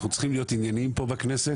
אנחנו צריכים להיות ענייניים פה בכנסת,